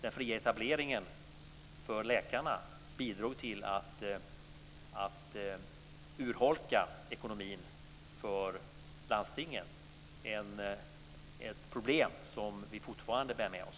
Den fria etableringen för läkarna bidrog till att urholka ekonomin för landstingen - ett problem som vi fortfarande bär med oss.